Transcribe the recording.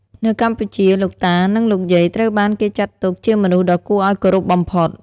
នៅកម្ពុជា លោកតា និងលោកយាយ ត្រូវបានគេចាត់ទុកជាមនុស្សដ៏គួរឱ្យគោរពបំផុត។